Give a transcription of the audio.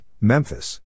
Memphis